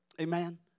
Amen